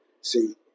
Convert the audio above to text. See